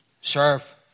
Serve